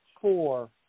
four